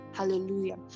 Hallelujah